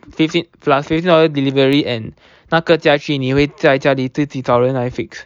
with it plus fifteen dollar delivery and 那个家具你会在家里自己找人来 fix